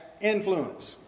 influence